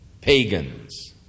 pagans